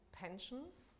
pensions